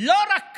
לא רק